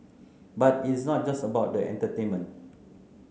but it is not just about the entertainment